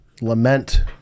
lament